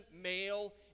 male